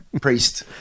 priest